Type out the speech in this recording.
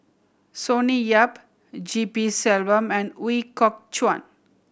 Sonny Yap G P Selvam and Ooi Kok Chuen